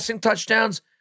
touchdowns